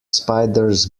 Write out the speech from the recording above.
spiders